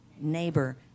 neighbor